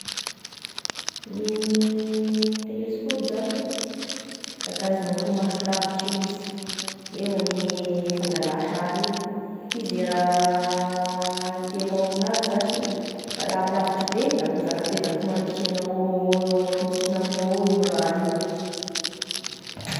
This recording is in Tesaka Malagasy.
Gne teleskaopy zashy da karaza gn'akoa maso lavitry io izy, eo gn'haniny e fangala sary io f'izy e raha itenao aminazy zashy da lavilavitry be, da koa zakabe da koa marikitry ao ampototrogn'amignao eo io raha io.